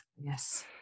Yes